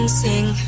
sing